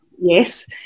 Yes